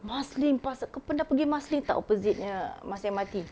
marsiling pasa~ kau pernah pergi marsiling tak opposite punya marsiling M_R_T